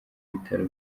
bitaro